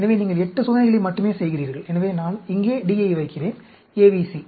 எனவே நீங்கள் 8 சோதனைகளை மட்டுமே செய்கிறீர்கள் எனவே நான் இங்கே D யை வைக்கிறேன் ABC